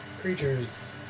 Creatures